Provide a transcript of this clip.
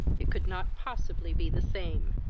it could not possibly be the same.